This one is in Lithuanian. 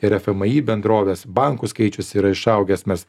ir fmi bendroves bankų skaičius yra išaugęs mes